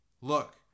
look